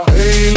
Hey